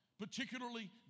particularly